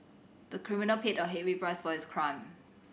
the criminal paid a heavy price for his crime